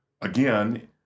again